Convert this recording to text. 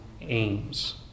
aims